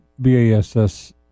BASS